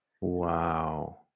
Wow